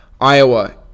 Iowa